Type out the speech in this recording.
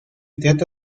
trata